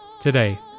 today